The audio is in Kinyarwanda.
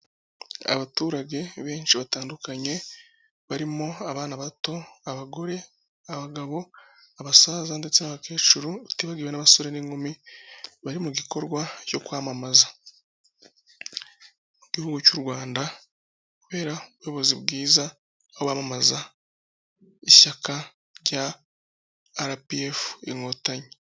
Abaturage benshi batandukanye barimo abana bato, abagore, abagabo, abasaza ndetse n'abakecuru, utibagiwe n'abasore n'inkumi bari mu gikorwa cyo kwamamaza, mu gihugu Rwanda kubera ubuyobozi bwiza bamamaza ishyaka rya RPF Inkotanyi.